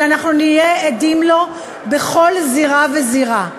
אלא אנחנו נהיה עדים לו בכל זירה וזירה.